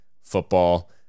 football